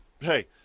hey